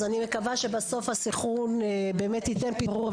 אז אני מקווה שבסוף הסנכרון באמת ייתן פתרון.